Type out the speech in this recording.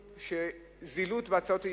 גורמת לזילות בהצעות האי-אמון.